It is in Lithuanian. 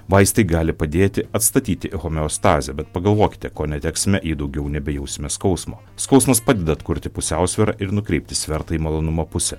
vaistai gali padėti atstatyti homeostazę bet pagalvokite ko neteksime jei daugiau nebejausime skausmo skausmas padeda atkurti pusiausvyrą ir nukreipti svertą į malonumo pusę